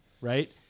Right